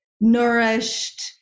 nourished